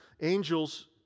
angels